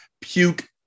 puke